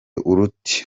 uruti